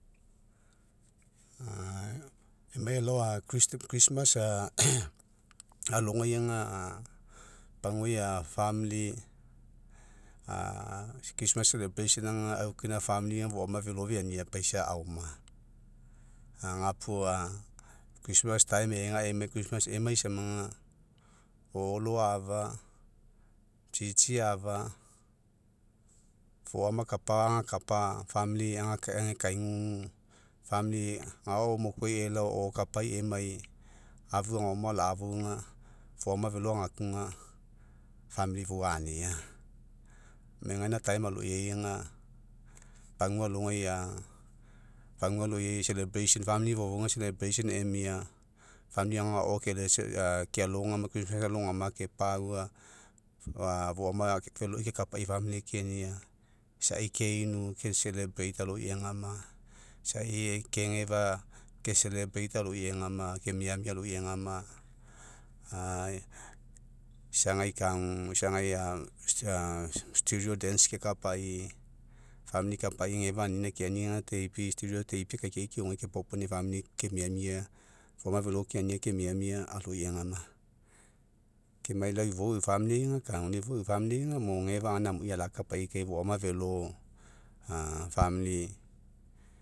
emai elao alogaiga papuaia a aga aufa kina foama velo feania paisa aoma. Gapua a ega amai emai samaga, o'olo a'afa, tsi tsi a'afa, foama kapa agakapa age kaigugu, agao mokuai elao okapai emai, afu agama, ala'afou ga, foama velo, agakuga aloiaiga, pagua alogai a, pagua oloiai fifouga emia. agao kealogama alogama kepa'aua foama veloi kekapa familiai keania, isai keinu, ke aloi egama, isai kegefa, ke aloi egama, ke miamia aloi egama isagai kagu, isagai kapai gefa anina keani, teipi akaikiai keogei, kepaopuani'i kemia foama felo keania kemiamia aloi egama. Ke emai lau ifou eu familiai, kagu lau ifou eu familiai mo gefa amui alakapai kai foama velo, a.